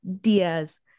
Diaz